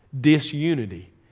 disunity